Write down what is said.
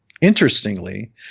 Interestingly